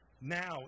now